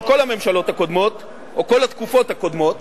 של כל הממשלות הקודמות או בכל התקופות הקודמות,